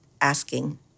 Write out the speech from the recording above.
asking